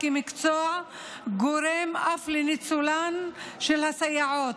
כמקצוע גורמת אף לניצולן של הסייעות.